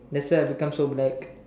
that's why I become so black